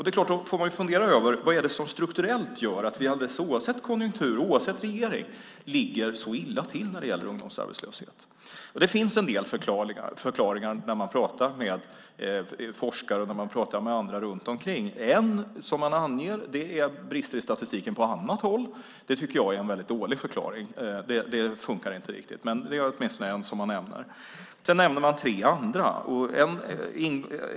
Då får man fundera över vad det är som strukturellt gör att vi alldeles oavsett konjunktur och oavsett regering ligger så illa till när det gäller ungdomsarbetslöshet. Det finns en del förklaringar som man får höra när man pratar med forskare och andra runt omkring. En som man anger är brister i statistiken på annat håll. Det tycker jag är en väldigt dålig förklaring. Den funkar inte riktigt. Men det är åtminstone en som man nämner. Sedan nämner man tre andra.